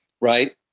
right